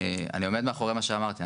אני עומד מאחורי מה שאמרתי,